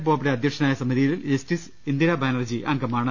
ബോബ്ഡെ അധ്യക്ഷനായ സമിതിയിൽ ജസ്റ്റിസ് ഇന്ദിരാ ബാനർജി അംഗമാണ്